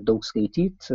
daug skaityt